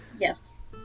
Yes